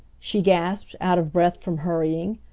she gasped, out of breath from hurrying.